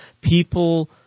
people